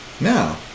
Now